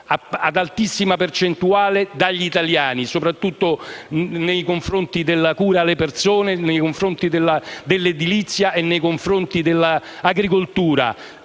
in altissima percentuale, dagli italiani, soprattutto nei settori della cura alle persone, dell'edilizia e dell'agricoltura,